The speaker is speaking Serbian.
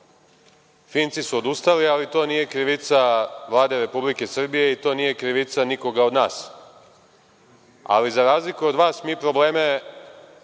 Finci su odustali, ali to nije krivica Vlade RS i to nije krivica nikoga od nas. Za razliku od vas mi probleme